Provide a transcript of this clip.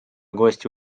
гости